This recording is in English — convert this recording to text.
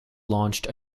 launched